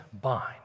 bind